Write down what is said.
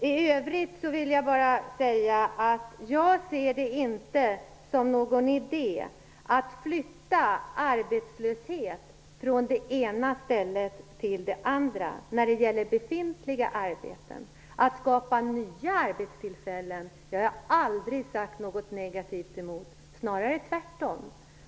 I övrigt vill jag bara säga att jag inte ser det som någon idé att flytta arbetslöshet från det ena stället till det andra när det gäller befintliga arbeten. Att skapa nya arbetstillfällen har jag aldrig sagt något negativt om, snarare tvärtom.